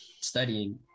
studying